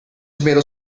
tomato